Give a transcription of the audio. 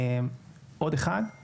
יש פה עוד כל